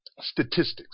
statistics